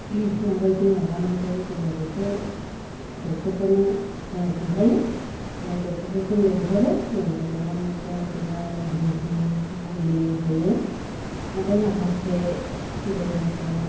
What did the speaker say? माबायदि माबानांगौ जोङो बेखौ ड'क्टरफोरनो जोङो खोन्थायो आमफ्राय ड'क्टरफोरखौ लिंहरो लिंहरनायजों बिदिनो बिजि मुलि होयो नाथाय माखासे बेमारफ्रा